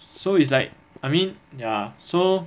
so it's like I mean ya so